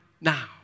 now